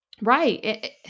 Right